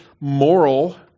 moral